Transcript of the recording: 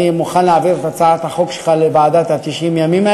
אני מוכן להעביר את הצעת החוק שלך לוועדת 90 הימים.